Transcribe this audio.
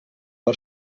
per